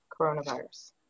coronavirus